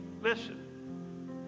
listen